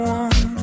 one